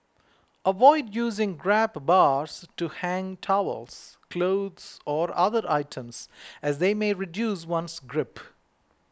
avoid using grab bars to hang towels clothes or other items as they may reduce one's grip